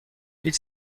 هیچ